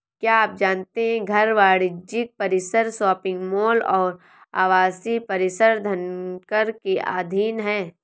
क्या आप जानते है घर, वाणिज्यिक परिसर, शॉपिंग मॉल और आवासीय परिसर धनकर के अधीन हैं?